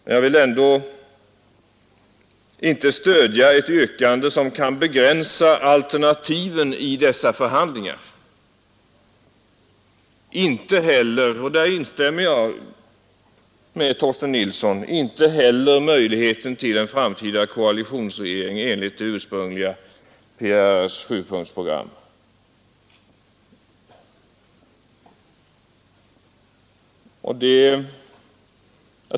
Ändå vill jag inte stödja ett yrkande som kan begränsa alternativen i dessa förhandlingar och där instämmer jag med Torsten Nilsson — exempelvis minska möjligheten till en framtida koalitionsregering i enlighet med PRR:s ursprungliga sjupunktsprogram eller andra lösningar.